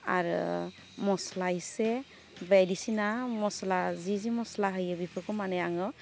आरो मस्ला इसे बायदिसिना मस्ला जि जि मस्ला होयो बेफोरखौ माने आङो